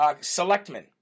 Selectmen